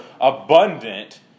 abundant